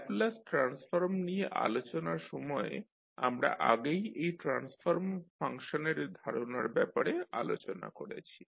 Laplace transform নিয়ে আলোচনার সময়ে আমরা আগেই এই ট্রান্সফর্ম ফাংশনের ধারণার ব্যাপারে আলোচনা করেছি